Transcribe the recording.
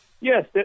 Yes